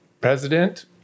president